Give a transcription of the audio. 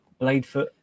Bladefoot